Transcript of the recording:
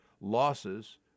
Losses